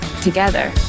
together